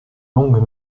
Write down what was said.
longue